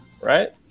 right